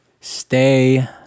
stay